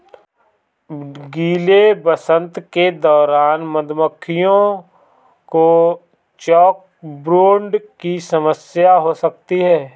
गीले वसंत के दौरान मधुमक्खियों को चॉकब्रूड की समस्या हो सकती है